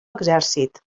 exèrcit